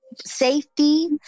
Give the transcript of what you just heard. safety